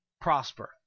prosper